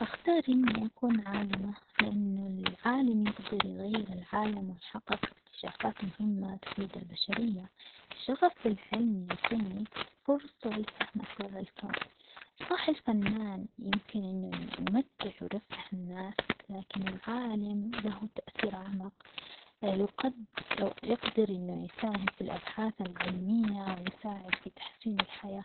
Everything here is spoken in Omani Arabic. بختار إني أكون عالمة، لأنه العالم يقدر يغير العالم ،ويحقق اكتشافات مهمة تفيد البشرية، الشغف بالعلم يعطيك فرصة لفهم أسرار الكون ، صح الفنان يمكن إنه -يي-يمتع، ويرفه الناس، لكن العالم له تأثير أعمق -يقد -يقدر أنه يساهم في الأبحاث العلمية ويساعد في تحسين الحياة.